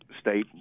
state